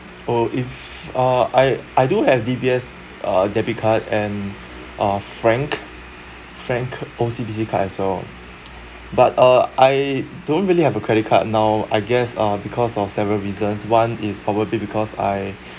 oh if uh I I do have D_B_S uh debit card and uh frank frank O_C_B_C card as well but uh I don't really have a credit card now I guess uh because of several reasons one is probably because I